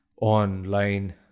online